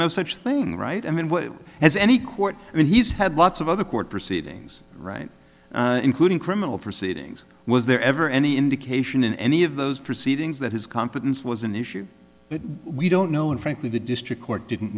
no such thing right i mean what has any court and he's had lots of other court proceedings right including criminal proceedings was there ever any indication in any of those proceedings that his competence was an issue that we don't know and frankly the district court didn't